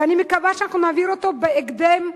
ואני מקווה שאנחנו נעביר אותה בהקדם,